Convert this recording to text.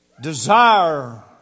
Desire